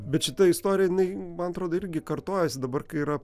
bet šita istorija jinai man atrodo irgi kartojasi dabar kai yra